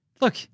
Look